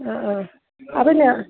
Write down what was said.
ആ ആ അതല്ല